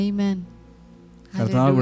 Amen